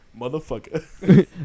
Motherfucker